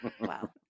Wow